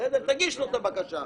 תגיש לו את הבקשה,